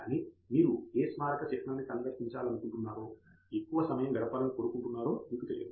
కానీ మీరు ఏ స్మారక చిహ్నాన్ని సందర్శించాలనుకుంటున్నారో ఎక్కువ సమయం గడపాలని కోరుకుంటున్నారో మీకు తెలియదు